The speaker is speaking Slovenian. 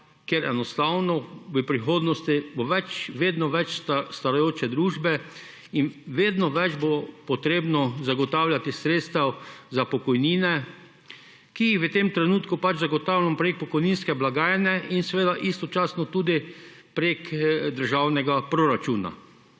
ker enostavno v prihodnosti bo vedno več starajoče družbe in vedno več bo potrebno zagotavljati sredstva za pokojnine, ki jih v tem trenutku zagotavljamo prek pokojninske blagajne in seveda istočasno tudi prek državnega proračuna.